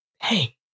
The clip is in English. Hey